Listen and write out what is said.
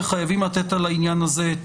וחייבים לתת על העניין הזה את